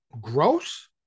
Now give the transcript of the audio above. gross